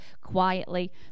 quietly